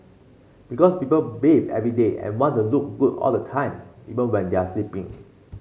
because people bath every day and want to look good all the time even when they are sleeping